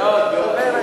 יישר כוח,